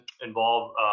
involve